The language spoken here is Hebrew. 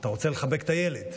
אתה רוצה לחבק את הילד.